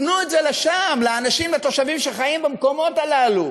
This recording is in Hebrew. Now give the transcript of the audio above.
תנו את זה לשם, לתושבים שחיים במקומות הללו.